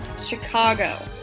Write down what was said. Chicago